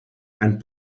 and